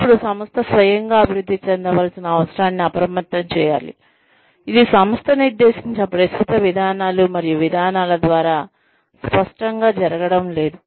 అప్పుడు సంస్థ స్వయంగా అభివృద్ధి చెందవలసిన అవసరాన్ని అప్రమత్తం చేయాలి ఇది సంస్థ నిర్దేశించిన ప్రస్తుత విధానాలు మరియు విధానాల ద్వారా స్పష్టంగా జరగడం లేదు